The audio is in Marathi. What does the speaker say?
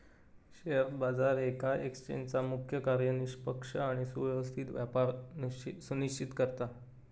शेअर बाजार येका एक्सचेंजचा मुख्य कार्य निष्पक्ष आणि सुव्यवस्थित व्यापार सुनिश्चित करता